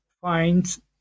finds